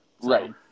Right